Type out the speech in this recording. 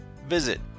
Visit